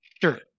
Sure